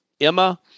Emma